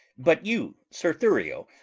but you, sir thurio,